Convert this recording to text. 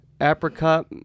Apricot